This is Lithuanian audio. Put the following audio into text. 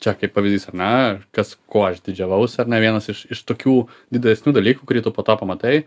čia kaip pavyzys ar ne kas kas kuo aš didžiavausi ar ne vienas iš iš tokių didesnių dalykų kurį tu po to pamatai